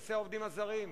נושא העובדים הזרים.